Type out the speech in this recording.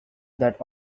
that